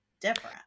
different